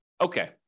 okay